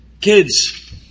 Kids